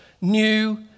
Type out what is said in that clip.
new